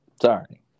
Sorry